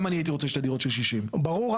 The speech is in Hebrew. גם אני הייתי רוצה שתי דירות של 60. ברור,